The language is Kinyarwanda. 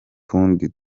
tundi